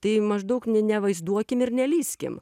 tai maždaug ne nevaizduokim ir nelįskim